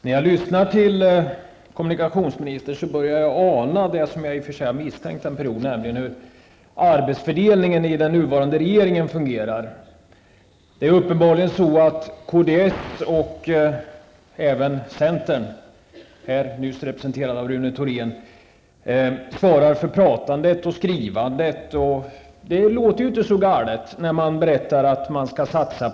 Fru talman! Efter att ha lyssnat på kommunikationsministern börjar jag ana, och det här har jag i och för sig under en tid haft misstankar om, hur det fungerar när det gäller arbetsfördelningen inom den nuvarande regeringen. Uppenbarligen är det kds och centern, det senare partiet representerades här nyss av Rune Och det låter inte så galet när man berättar om satsningar som skall göras här.